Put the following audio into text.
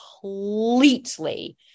completely